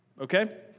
Okay